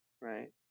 right